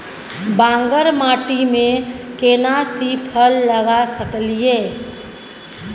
बांगर माटी में केना सी फल लगा सकलिए?